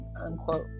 Unquote